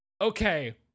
okay